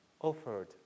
offered